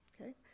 okay